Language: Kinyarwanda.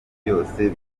byose